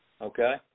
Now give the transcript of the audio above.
Okay